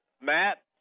Matt